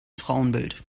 frauenbild